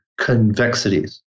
convexities